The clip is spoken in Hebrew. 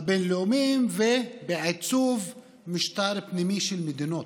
הבין-לאומיים ובעיצוב משטר פנימי של מדינות,